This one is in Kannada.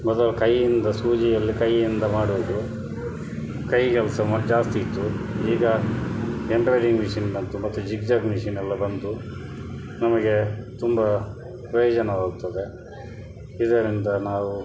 ಮೊದಲು ಕೈಯಿಂದ ಸೂಜಿಯಲ್ಲಿ ಕೈಯಿಂದ ಮಾಡುವುದು ಕೈಗೆಲಸ ಮೊದ್ಲು ಜಾಸ್ತಿ ಇತ್ತು ಈಗ ಎಂಬ್ರಾಯ್ಡ್ರಿಂಗ್ ಮಿಷಿನ್ ಬಂತು ಮತ್ತು ಜಿಗ್ಜ್ಯಾಗ್ ಮಿಷಿನ್ನೆಲ್ಲ ಬಂದು ನಮಗೆ ತುಂಬ ಪ್ರಯೋಜನವಾಗುತ್ತದೆ ಇದರಿಂದ ನಾವು